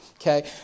Okay